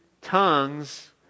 tongues